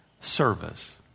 service